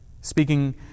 Speaking